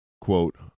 quote